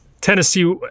Tennessee